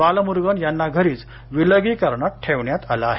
बालमुर्गन यांना घरीच विलगीकरणात ठेवण्यात आलं आहे